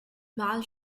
mal